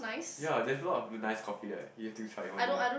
ya there's a lot of nice coffee there you've to try it one day